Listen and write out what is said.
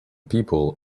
people